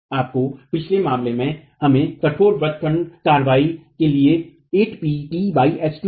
आपको पिछले मामले में हमें कठोर व्रत खंड कार्रवाई के लिए 8Pt h2 मिला